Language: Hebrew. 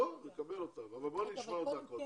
נקבל אותם, אבל בואו נשמע אותה קודם.